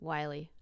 Wiley